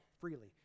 freely